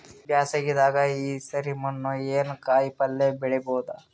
ಬ್ಯಾಸಗಿ ದಾಗ ಈ ಸರಿ ಏನ್ ಹಣ್ಣು, ಕಾಯಿ ಪಲ್ಯ ಬೆಳಿ ಬಹುದ?